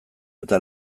eta